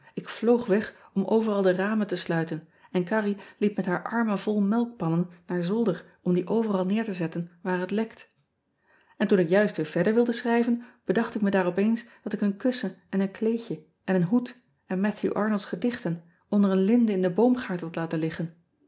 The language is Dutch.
k vloog weg om overal de ramen te sluiten en arrie liep met haar armen vol melkpannen naar zolder om die overal neer te zetten waar het lekt n toen ik juist weer verder wilde schrijven bedacht ik me daar opeens dat ik een kussen en een kleedje en een hoed en atthew rnolds gedichten onder een linde in den boomgaard had laten liggen